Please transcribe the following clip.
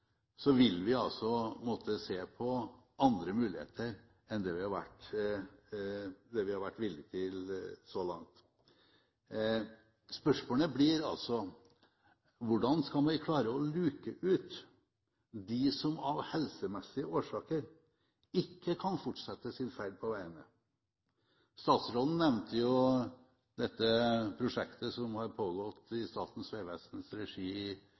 så langt. Spørsmålet blir altså: Hvordan skal vi klare å luke ut de som av helsemessige årsaker ikke kan fortsette sin ferd på veiene? Statsråden nevnte dette prosjektet som har pågått i Statens vegvesens regi i